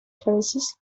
classes